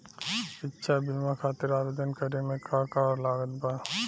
शिक्षा बीमा खातिर आवेदन करे म का का लागत बा?